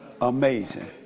Amazing